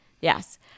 Yes